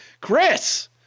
Chris